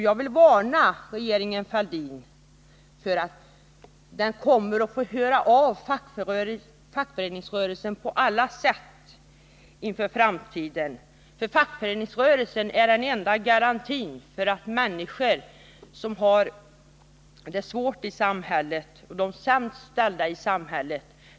Jag vill varna regeringen Fälldin för att den kommer att få höra av fackföreningsrörelsen på alla sätt i framtiden, för fackföreningsrörelsen är den enda garantin för människor som har det svårt och för de sämst ställda i samhället.